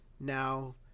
now